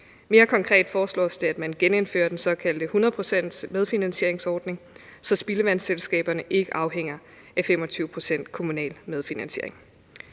Mere konkret foreslås det, at man genindfører den såkaldte 100-procentsmedfinansieringsordning, så spildevandsselskaberne ikke afhænger af 25 pct. kommunal medfinansiering.